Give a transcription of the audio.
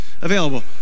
available